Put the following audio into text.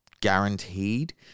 guaranteed